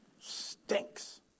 stinks